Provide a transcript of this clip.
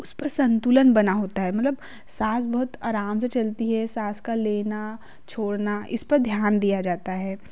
उस पर संतुलन बना होता है मतलब साँस बहुत आराम से चलती है साँस का लेना छोड़ना इस पर ध्यान दिया जाता है